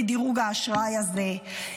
לדירוג האשראי הזה,